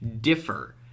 differ